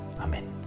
Amen